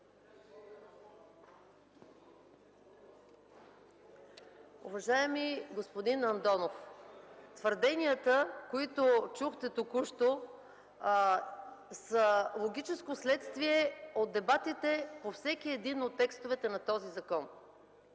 Уважаеми господин Андонов, твърденията, които чухте току-що, са логическо следствие от дебатите по всеки един от текстовете на този закон.